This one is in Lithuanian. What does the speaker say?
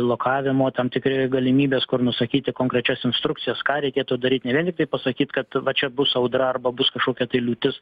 blokavimo tam tikri galimybės kur nusakyti konkrečias instrukcijas ką reikėtų daryt ne vien tiktai pasakyt kad va čia bus audra arba bus kažkokia tai liūtis